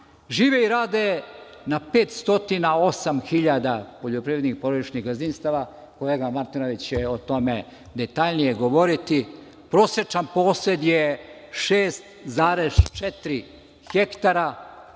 Žive i rade na 508.000 poljoprivrednih porodičnih gazdinstava. Kolega Martinović će o tome detaljnije govoriti. Prosečan posed je 6,4 hektara,